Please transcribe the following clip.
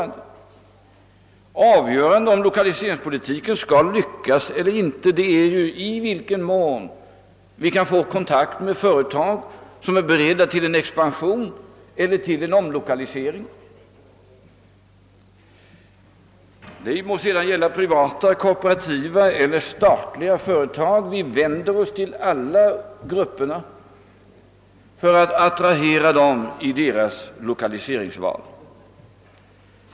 Vad som är avgörande för om lokaliseringspolitiken skall lyckas eller inte är ju i vilken mån vi kan få kontakt med företag som är beredda till en expansion eller till en omlokalisering. Det må sedan gälla privata, kooperativa eller statliga företag. Vi vänder oss till samtliga grupper för att attrahera dem i deras lokaliseringsval.